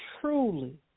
truly